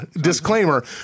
Disclaimer